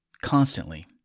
constantly